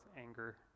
anger